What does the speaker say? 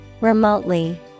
Remotely